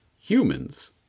humans